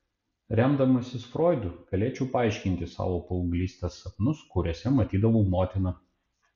remdamasis froidu galėčiau paaiškinti savo paauglystės sapnus kuriuose matydavau motiną